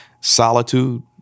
solitude